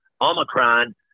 Omicron